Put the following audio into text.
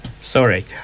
sorry